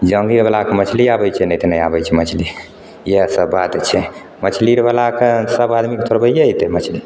जाँघिए बलाके मछली आबैत छै नहि तऽ नहि आबैत छै मछली इएह सब बात छै मछली आर बलाके सब आदमी थोड़बैए एते मछली